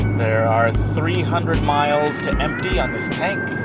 there are three hundred miles to empty on this tank.